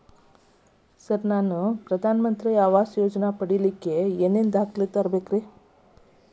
Sir ನಾನು ಪ್ರಧಾನ ಮಂತ್ರಿ ಆವಾಸ್ ಯೋಜನೆ ಪಡಿಯಲ್ಲಿಕ್ಕ್ ಏನ್ ಏನ್ ಬೇಕ್ರಿ?